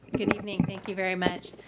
good evening, thank you very much.